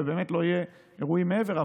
ושבאמת לא יהיו אירועים כמו בעבר.